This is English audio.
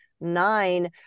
nine